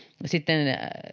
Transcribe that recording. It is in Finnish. sitten